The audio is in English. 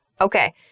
Okay